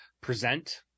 present